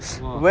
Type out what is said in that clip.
!wah!